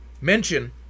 mention